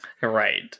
Right